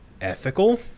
Ethical